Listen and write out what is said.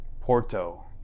Porto